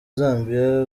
zambia